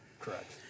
Correct